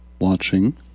watching